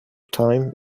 time